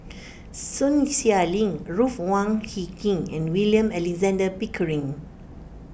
Sun Xueling Ruth Wong Hie King and William Alexander Pickering